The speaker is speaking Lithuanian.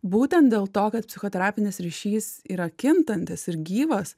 būtent dėl to kad psichoterapinis ryšys yra kintantis ir gyvas